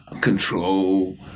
control